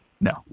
no